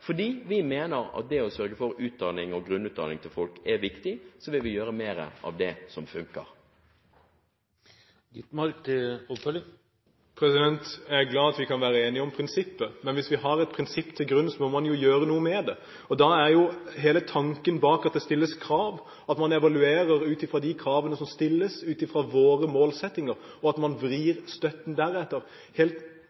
Vi mener at det å sørge for utdanning og grunnutdanning til folk er viktig, så vi vil gjøre mer av det som funker. Jeg er glad for at vi kan være enige om prinsippet, men hvis vi har et prinsipp som ligger til grunn, må man jo gjøre noe med det. Og da er jo hele tanken bak at det stilles krav, at man evaluerer ut fra de kravene som stilles, ut fra våre målsettinger, og at man vrir